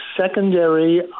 secondary